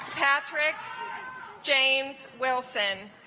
patrick james wilson